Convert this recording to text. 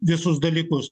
visus dalykus